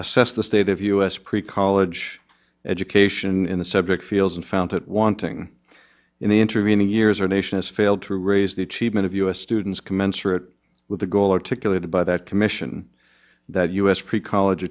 assess the state of u s pre college education in the subject field and found it wanting in the intervening years our nation has failed to raise the achievement of u s students commensurate with the goal articulated by that commission that u s pre college